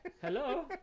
hello